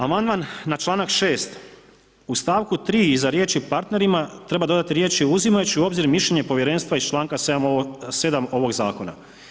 Amandman na članak 6., u stavku 3. iza riječi partnerima treba dodati riječi uzimajući u obzir mišljenje povjerenstva iz članka 7. ovog zakona.